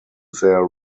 their